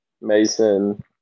Mason